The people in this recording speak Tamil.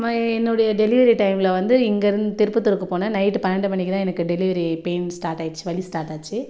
என்னுடைய டெலிவரி டைமில் வந்து இங்கேயிருந்து திருப்பத்தூருக்கு போனேன் நைட்டு பன்னெண்டு மணிக்கு தான் எனக்கு டெலிவரி பெயின் ஸ்டார்ட் ஆகிடுச்சு வலி ஸ்டார்ட் ஆச்சு